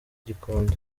gikondo